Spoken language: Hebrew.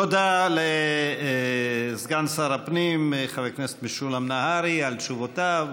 תודה לסגן שר הפנים חבר הכנסת משולם נהרי על תשובותיו.